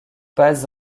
pas